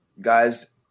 guys